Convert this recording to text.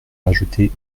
rajouter